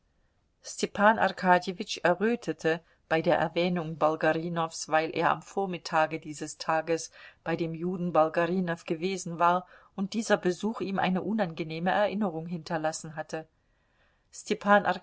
arkadjewitsch errötete bei der erwähnung bolgarinows weil er am vormittage dieses tages bei dem juden bolgarinow gewesen war und dieser besuch ihm eine unangenehme erinnerung hinterlassen hatte